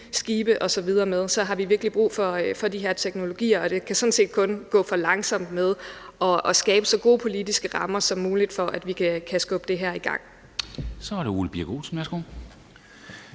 skibe osv. med, så har vi virkelig brug for de her teknologier, og det kan sådan set kun gå for langsomt med at skabe så gode politiske rammer som muligt, så vi kan skubbe det her i gang. Kl. 11:07 Formanden